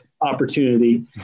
opportunity